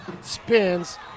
spins